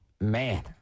man